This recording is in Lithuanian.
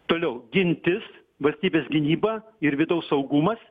toliau gintis valstybės gynyba ir vidaus saugumas